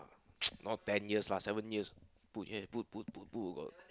not ten years lah seven years put here put put put put